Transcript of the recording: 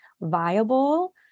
viable